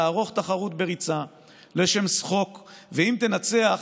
לערוך תחרות בריצה לשם שחוק / ואשר תנצח,